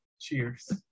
Cheers